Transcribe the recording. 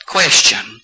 Question